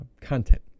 content